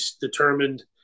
determined